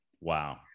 wow